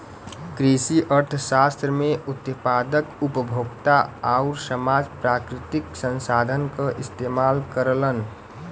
कृषि अर्थशास्त्र में उत्पादक, उपभोक्ता आउर समाज प्राकृतिक संसाधन क इस्तेमाल करलन